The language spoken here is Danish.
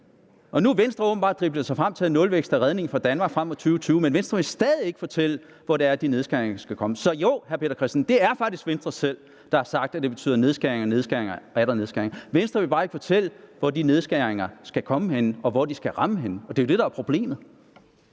Og nu har Venstre åbenbart driblet sig frem til, at nulvækst er redningen for Danmark frem mod 2020. Men Venstre vil stadig ikke fortælle, hvor det er, de nedskæringer skal komme. Så jo, det er faktisk Venstre selv, der har sagt, at det betyder nedskæringer, nedskæringer og atter nedskæringer. Venstre vil bare ikke fortælle, hvor de nedskæringer skal komme henne, og hvor de skal ramme henne – og det er jo det, der er problemet.